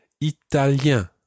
Italien